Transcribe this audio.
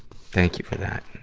thank you for that.